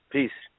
Peace